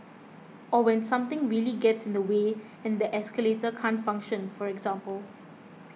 or when something really gets in the way and the escalator can't function for example